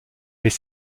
mais